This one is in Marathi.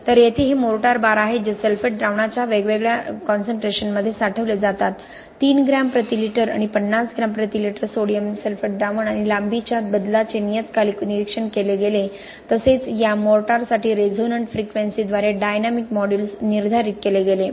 तर येथे हे मोर्टार बार आहेत जे सल्फेट द्रावणाच्या वेगवेगळ्या एकाग्रतेमध्ये साठवले जातात 3 ग्रॅम प्रति लिटर आणि 50 ग्रॅम प्रति लिटर सोडियम सल्फेट द्रावण आणि लांबीच्या बदलाचे नियतकालिक निरीक्षण केले गेले तसेच या मोर्टारसाठी रेझोनंट फ्रिक्वेंसीद्वारे डायनॅमिक मॉड्यूलस निर्धारित केले गेले